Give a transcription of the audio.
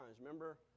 Remember